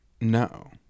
No